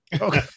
okay